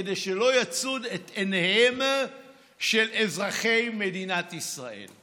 כדי שלא יצוד את עיניהם של אזרחי מדינת ישראל: